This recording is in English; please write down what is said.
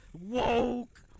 woke